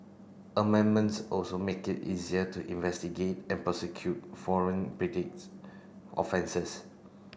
amendments also make it easier to investigate and prosecute foreign offences